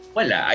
wala